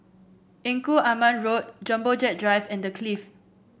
Engku Aman Road Jumbo Jet Drive and The Clift